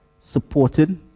supported